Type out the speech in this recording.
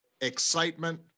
excitement